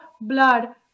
blood